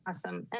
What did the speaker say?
ah some and